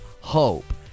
hope